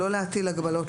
לא להטיל הגבלות,